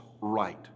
right